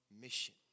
mission